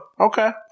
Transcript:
Okay